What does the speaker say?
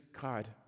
God